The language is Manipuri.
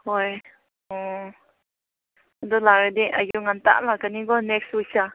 ꯍꯣꯏ ꯑꯣ ꯑꯗꯨ ꯂꯥꯛꯂꯗꯤ ꯑꯌꯨꯛ ꯉꯟꯇꯥꯅ ꯂꯥꯛꯀꯅꯤꯀꯣ ꯅꯦꯛꯁ ꯋꯤꯛꯇ